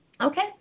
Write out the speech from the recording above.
Okay